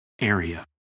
area